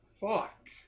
Fuck